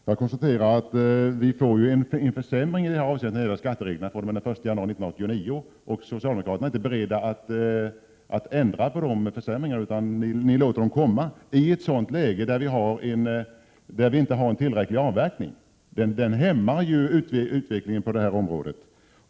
Herr talman! Jag konstaterar att skattereglerna försämras i detta avseende fr.o.m. den 1 januari 1989. Socialdemokraterna är inte beredda att göra något åt dessa försämringar utan låter dem träda i kraft i ett läge då det inte avverkas tillräckligt mycket. Denna försämring hämmar utvecklingen på området.